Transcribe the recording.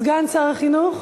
סגן שר החינוך